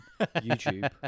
YouTube